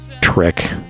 trick